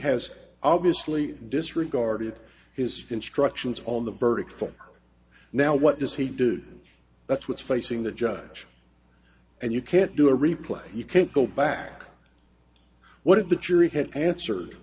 has obviously disregarded his instructions on the verdict form now what does he do that's what's facing the judge and you can't do a replay you can't go back what if the jury had answered